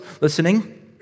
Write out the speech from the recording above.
listening